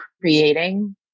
creating